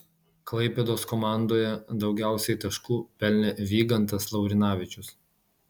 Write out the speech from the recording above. klaipėdos komandoje daugiausiai taškų pelnė vygantas laurinavičius